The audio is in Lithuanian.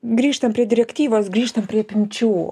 grįžtam prie direktyvos grįžtam prie apimčių